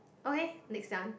okay next done